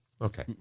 okay